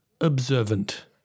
observant